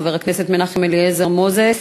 חבר הכנסת מנחם אליעזר מוזס,